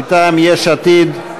מטעם יש עתיד.